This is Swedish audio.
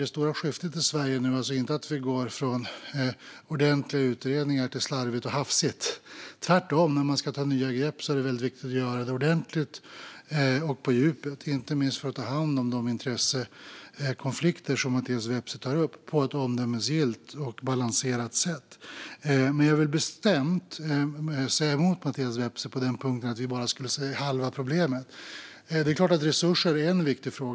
Det stora skiftet i Sverige nu är inte att vi går från ordentliga utredningar till slarvigt och hafsigt, tvärtom. När man ska ta nya grepp är det väldigt viktigt att göra det ordentligt och på djupet. Det gäller inte minst för att på ett omdömesgillt och balanserat sätt ta hand om de intressekonflikter som Mattias Vepsä tar upp. Jag vill bestämt säga emot Mattias Vepsä på den punkten att vi bara skulle se halva problemet. Det är klart att resurser är en viktig fråga.